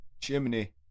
Chimney